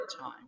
time